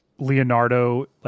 Leonardo